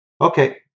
Okay